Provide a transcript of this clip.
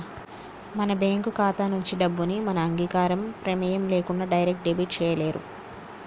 మన బ్యేంకు ఖాతా నుంచి డబ్బుని మన అంగీకారం, ప్రెమేయం లేకుండా డైరెక్ట్ డెబిట్ చేయలేరు